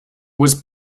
was